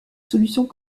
solutions